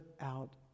out